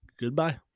Goodbye